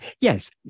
yes